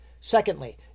Secondly